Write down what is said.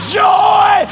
joy